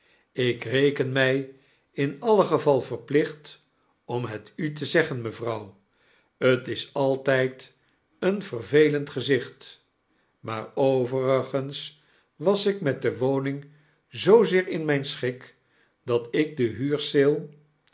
jk reken my in alien geval verplicht om het u te zeggen mevrouw t is altydeenver velend gezicht maar overigens was ik met de woning zoozeer in myn schik dat ik de